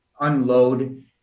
unload